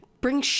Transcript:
bring